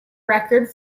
record